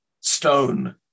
stone